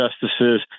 justices